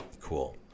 Cool